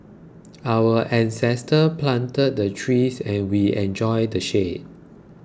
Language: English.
our ancestors planted the trees and we enjoy the shade